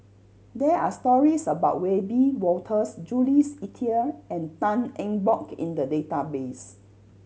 there are stories about Wiebe Wolters Jules Itier and Tan Eng Bock in the database